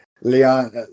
Leon